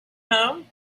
home